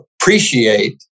appreciate